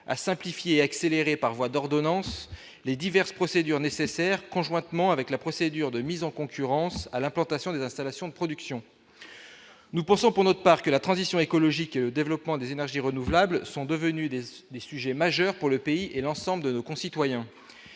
à simplifier et accélérer par voie d'ordonnance, les diverses procédures nécessaires conjointement avec la procédure de mise en concurrence à l'implantation des installations de production nous pensons pour notre part que la transition écologique, développement des énergies renouvelables, sont devenus des oeufs, les sujets majeurs pour le pays et l'ensemble de nos concitoyens